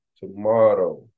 Tomorrow